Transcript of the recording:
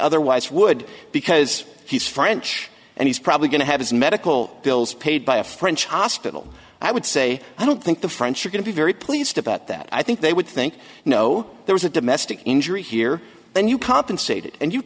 otherwise would because he's french and he's probably going to have his medical bills paid by a french hospital i would say i don't think the french are going to be very pleased about that i think they would think you know there was a domestic injury here then you compensated and you